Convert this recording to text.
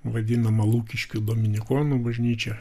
vadinama lukiškių dominikonų bažnyčia